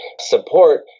support